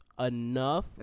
enough